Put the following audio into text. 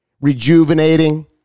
rejuvenating